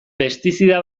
pestizida